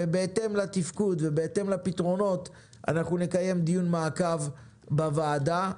ובהתאם לתפקוד ובהתאם לפתרונות אנחנו נקיים דיון מעקב בוועדה.